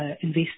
invest